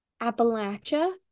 Appalachia